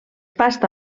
pasta